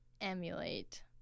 emulate